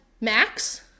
Max